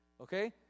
Okay